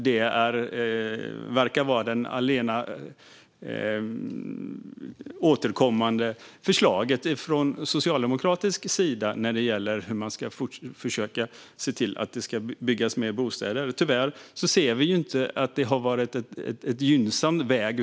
Det verkar vara det allena återkommande förslaget från socialdemokratisk sida när det gäller hur man ska försöka se till att det byggs mer bostäder. Tyvärr ser vi inte att det har varit en gynnsam väg.